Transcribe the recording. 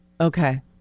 Okay